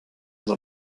dans